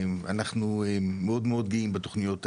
אנחנו מאוד מאוד גאים בתוכניות האלה.